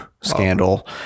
Scandal